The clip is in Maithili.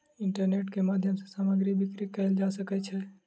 इंटरनेट के माध्यम सॅ सामग्री बिक्री कयल जा सकै छै